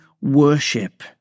worship